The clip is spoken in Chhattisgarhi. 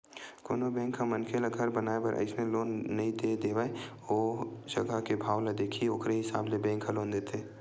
कोनो बेंक ह मनखे ल घर बनाए बर अइसने लोन नइ दे देवय ओ जघा के भाव ल देखही ओखरे हिसाब ले बेंक ह लोन देथे